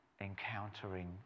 encountering